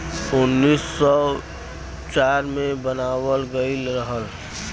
उन्नीस सौ चार मे बनावल गइल रहल